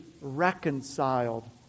reconciled